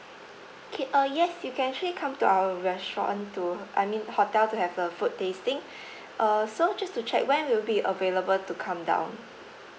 okay uh yes you can actually come to our restaurant to I mean hotel to have a food tasting uh so just to check when you'll be available to come down